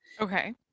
Okay